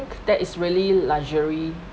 that is really luxury